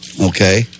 Okay